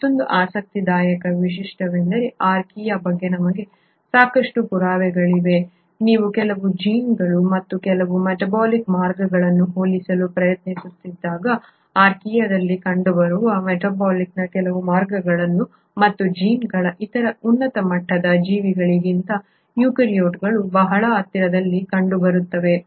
ಮತ್ತೊಂದು ಆಸಕ್ತಿದಾಯಕ ವೈಶಿಷ್ಟ್ಯವೆಂದರೆ ಆರ್ಕಿಯಾ ಬಗ್ಗೆ ನಮಗೆ ಸಾಕಷ್ಟು ಪುರಾವೆಗಳಿವೆ ನೀವು ಕೆಲವು ಜೀನ್ಗಳು ಮತ್ತು ಕೆಲವು ಮೆಟಾಬೋಲಿಕ್ ಮಾರ್ಗಗಳನ್ನು ಹೋಲಿಸಲು ಪ್ರಯತ್ನಿಸಿದಾಗ ಆರ್ಕಿಯಾದಲ್ಲಿ ಕಂಡುಬರುವ ಮೆಟಾಬೋಲಿಕ್ನ ಕೆಲವು ಮಾರ್ಗಗಳು ಮತ್ತು ಜೀನ್ಗಳು ಇತರ ಉನ್ನತ ಮಟ್ಟದ ಜೀವಿಗಳಿಗಿಂತ ಯುಕ್ಯಾರಿಯೋಟ್ಗಳು ಬಹಳ ಹತ್ತಿರದಲ್ಲಿ ಕಂಡುಬರುತ್ತವೆ